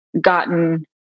gotten